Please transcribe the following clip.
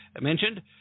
mentioned